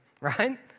right